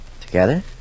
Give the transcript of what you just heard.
Together